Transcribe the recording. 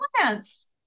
plants